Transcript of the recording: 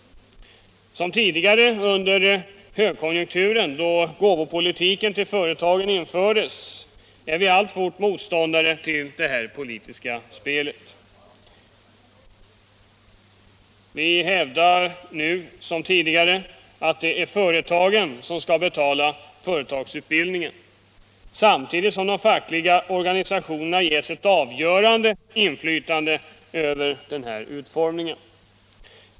Som tidigare under ”högkonjunkturen”, då gåvopolitiken till företagen infördes, är vi alltfort motståndare till detta politiska spel. Vi hävdar nu som tidigare att det är företagen som skall betala företagsutbildningen, samtidigt som de fackliga organisationerna ges ett avgörande inflytande över den här utformningen.